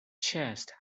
chest